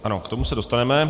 Ano, k tomu se dostaneme.